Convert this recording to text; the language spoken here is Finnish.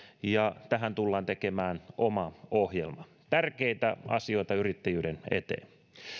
ja tähän tullaan tekemään oma ohjelma tärkeitä asioita yrittäjyyden eteen